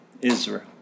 Israel